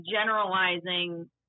generalizing